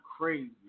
crazy